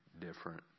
different